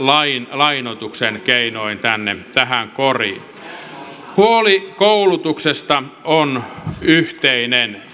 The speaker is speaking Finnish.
lainoituksen keinoin tähän koriin huoli koulutuksesta on yhteinen